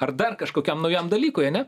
ar dar kažkokiam naujam dalykui ane